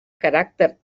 caràcter